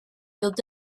ddod